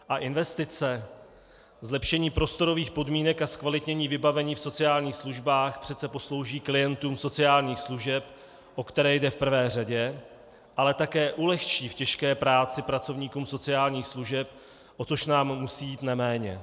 A investice, zlepšení prostorových podmínek a zkvalitnění vybavení v sociálních službách přece poslouží klientům sociálních služeb, o které jde v prvé řadě, ale také ulehčí v těžké práci pracovníkům sociálních služeb, o což nám musí jít neméně.